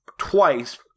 twice